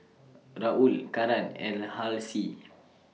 Raul Karan and Halsey